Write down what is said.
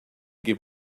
give